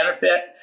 benefit